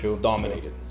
dominated